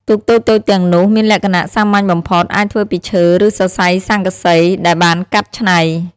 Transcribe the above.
ទូកតូចៗទាំងនោះមានលក្ខណៈសាមញ្ញបំផុត អាចធ្វើពីឈើ ឬសរសៃស័ង្កសីដែលបានកាត់ច្នៃ។